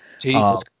Jesus